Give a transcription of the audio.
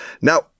now